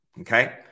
Okay